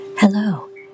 Hello